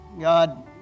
God